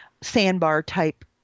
sandbar-type